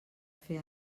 fer